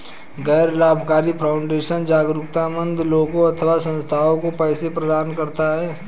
गैर लाभकारी फाउंडेशन जरूरतमन्द लोगों अथवा संस्थाओं को पैसे प्रदान करता है